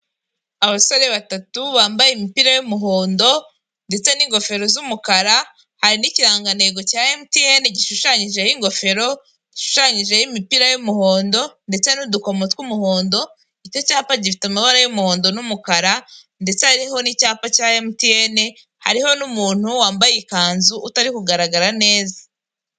Abasore batatu bambaye imipira y'umuhondo ndetse n'ingofero z'umukara, hari n'ikirangantego cya emutiyene gishushanyijeho ingofero gishushanyijeho imipira y'umuhondo ndetse n'udukomo tw'umuhondo. Icyo cyapa gifite amabara y'umuhondo n'umukara ndetse hariho n'icyapa cya emutiyene, hariho n'umuntu wambaye ikanzu utari kugaragara neza.